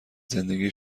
زندگی